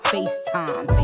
FaceTime